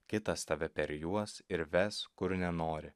kitas tave perjuos ir ves kur nenori